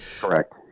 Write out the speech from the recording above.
Correct